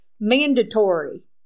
mandatory